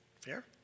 Fair